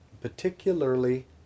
particularly